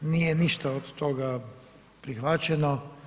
Nije ništa od toga prihvaćeno.